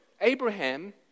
Abraham